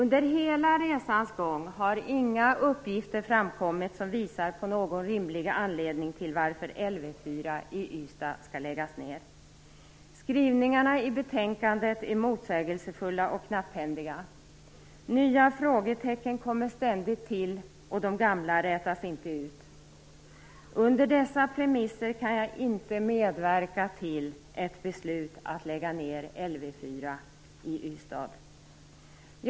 Under hela resans gång har inga uppgifter framkommit som visar på någon rimlig anledning till att Lv 4 i Ystad skall läggas ned. Skrivningarna i betänkandet är motsägelsefulla och knapphändiga. Nya frågetecken kommer ständigt till, och de gamla rätas inte ut. Under dessa premisser kan jag inte medverka till ett beslut att lägga ned Lv 4 i Ystad.